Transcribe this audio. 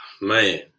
man